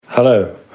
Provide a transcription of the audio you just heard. Hello